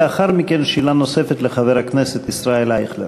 לאחר מכן, שאלה נוספת לחבר הכנסת ישראל אייכלר.